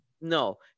No